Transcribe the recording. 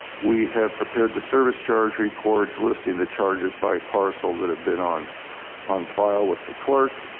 we have prepared the service charge reports, listing the charges by parcel that have been on on file with the clerk.